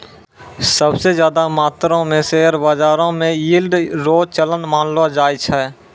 सब स ज्यादा मात्रो म शेयर बाजारो म यील्ड रो चलन मानलो जाय छै